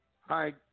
Hi